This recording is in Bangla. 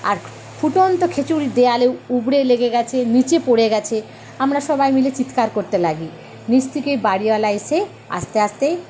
আর ফুটন্ত খিচুড়ি দেওয়ালে উবরে লেগে গেছে নিচে পরে গেছে আমরা সবাই মিলে চিৎকার করতে লাগি নিচ থেকে বাড়িওয়ালা এসে আসতে আসতে